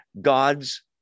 God's